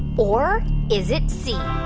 or is it c,